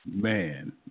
man